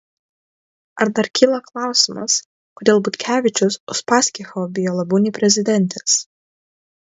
ar dar kyla klausimas kodėl butkevičius uspaskicho bijo labiau nei prezidentės